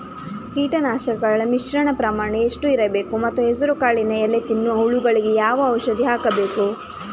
ಕೀಟನಾಶಕಗಳ ಮಿಶ್ರಣ ಪ್ರಮಾಣ ಎಷ್ಟು ಇರಬೇಕು ಮತ್ತು ಹೆಸರುಕಾಳಿನ ಎಲೆ ತಿನ್ನುವ ಹುಳಗಳಿಗೆ ಯಾವ ಔಷಧಿ ಹಾಕಬೇಕು?